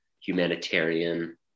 humanitarian